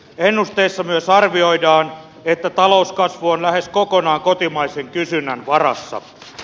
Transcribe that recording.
ennusteissa myös arvioidaan että talouskasvu on lähes kokonaan kotimaisen kysynnän varassa